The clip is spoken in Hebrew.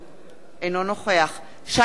אינו נוכח שי חרמש,